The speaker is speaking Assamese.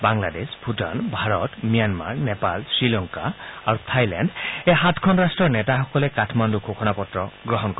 বাংলাদেশ ভূটান ভাৰত ম্যানমাৰ নেপাল শ্ৰীলংকা আৰু থাইলেণ্ড এই সাতখন ৰট্টৰ নেতাসকলে কাঠমাণ্ড ঘোষণাপত্ৰ গ্ৰহণ কৰিব